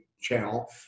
channel